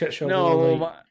No